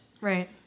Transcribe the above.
Right